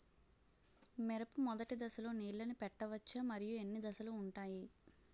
మిరప మొదటి దశలో నీళ్ళని పెట్టవచ్చా? మరియు ఎన్ని దశలు ఉంటాయి?